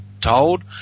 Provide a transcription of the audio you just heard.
told